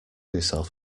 yourself